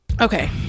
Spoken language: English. Okay